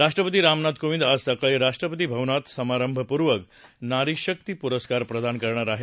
राष्ट्रपती रामनाथ कोविंद आज सकाळी राष्ट्रपती भवनात समारंभपूर्वक नारी शक्ति पुरस्कार प्रदान करणार आहेत